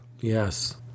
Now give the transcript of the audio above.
Yes